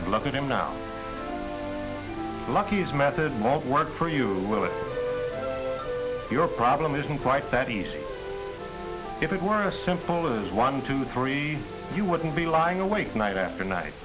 and look at him now lucky's method most work for you your problem isn't quite that easy if it were a simple as one two three you wouldn't be lying awake night after night